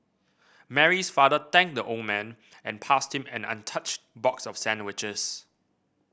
Mary's father thanked the old man and passed him an untouched box of sandwiches